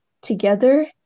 together